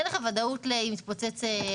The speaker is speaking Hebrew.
אין ודאות לגבי תיקונים,